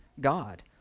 God